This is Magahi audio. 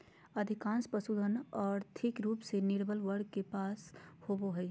अधिकांश पशुधन, और्थिक रूप से निर्बल वर्ग के पास होबो हइ